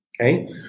Okay